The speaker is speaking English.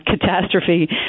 catastrophe